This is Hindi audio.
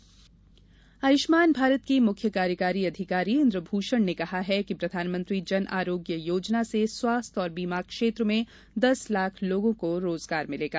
आयुष्मान भारत आयुष्मान भारत के मुख्य कार्यकारी अधिकारी इन्दुभूषण ने कहा है कि प्रधानमंत्री जनआरोग्य योजना से स्वास्थ्य और बीमा क्षेत्र में दस लाख लोगों को रोजगार मिलेगा